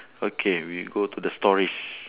okay we go to the stories